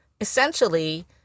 essentially